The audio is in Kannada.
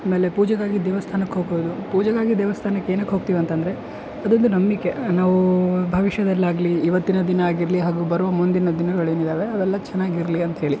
ಆಮೇಲೆ ಪೂಜೆಗಾಗಿ ದೇವಸ್ಥಾನಕ್ಕೆ ಹೋಗೋದು ಪೂಜೆಗಾಗಿ ದೇವಸ್ಥಾನಕ್ಕೆ ಏನಕ್ಕೆ ಹೋಗ್ತೀವಿ ಅಂತಂದ್ರೆ ಅದೊಂದು ನಂಬಿಕೆ ನಾವು ಭವಿಷ್ಯದಲ್ಲಿ ಆಗಲಿ ಇವತ್ತಿನ ದಿನ ಆಗಿರಲಿ ಹಾಗೂ ಬರೋ ಮುಂದಿನ ದಿನಗಳು ಏನಿವೆ ಅವೆಲ್ಲ ಚೆನ್ನಾಗಿ ಇರಲಿ ಅಂಥೇಳಿ